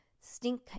Stink